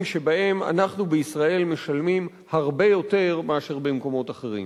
שבהם אנחנו בישראל משלמים הרבה יותר מבמקומות אחרים.